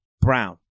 Brown